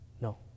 no